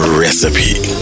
recipe